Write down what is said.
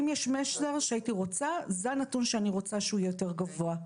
אם יש מסר שהייתי רוצה - זה הנתון שאני רוצה שהוא יהיה יותר גבוה,